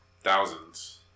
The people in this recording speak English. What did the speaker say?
thousands